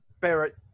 Barrett